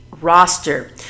roster